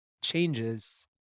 changes